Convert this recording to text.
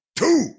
two